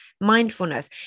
Mindfulness